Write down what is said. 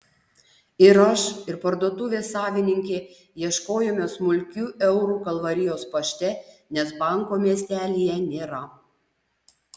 ir aš ir parduotuvės savininkė ieškojome smulkių eurų kalvarijos pašte nes banko miestelyje nėra